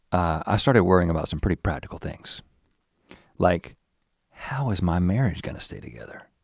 i started worrying about some pretty practical things like how is my marriage gonna stay together,